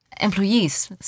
Employees